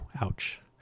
ouch